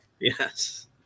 Yes